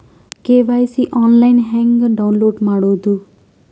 KYC online ಹೆಂಗ್ download ಮಾಡೋದು?